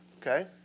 Okay